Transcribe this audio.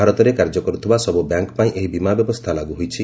ଭାରତରେ କାର୍ଯ୍ୟ କରୁଥିବା ସବୁ ବ୍ୟାଙ୍କ୍ ପାଇଁ ଏହି ବୀମା ବ୍ୟବସ୍ଥା ଲାଗୁ ହୋଇଛି